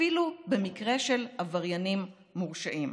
אפילו במקרה של עבריינים מורשעים.